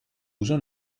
uso